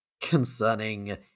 concerning